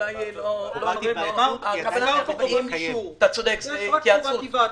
אתה צודק, זה התייעצות.